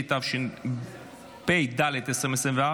התשפ"ד 2024,